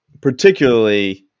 particularly –